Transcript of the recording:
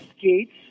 gates